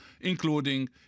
including